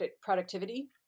productivity